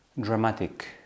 dramatic